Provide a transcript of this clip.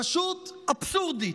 פשוט אבסורדית,